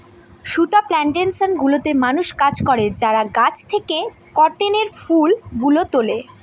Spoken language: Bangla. সুতা প্লানটেশন গুলোতে মানুষ কাজ করে যারা গাছ থেকে কটনের ফুল গুলো তুলে